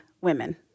women